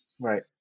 right